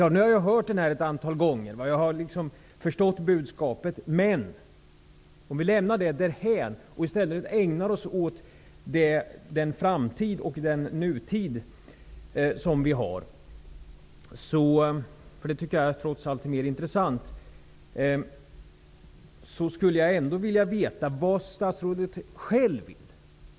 Jag har nu hört den ett antal gånger och förstått budskapet, men om vi lämnar det därhän och i stället ägnar oss åt vår nutid och vår framtid, som jag trots allt tycker är mer intressanta, skulle jag ändå vilja veta vad statsrådet själv vill.